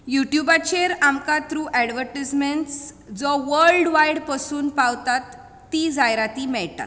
युट्युबाचेर आमकां through advertisements जो वर्ल्ड वायड पसून पावतात तीं जायराती मेळटात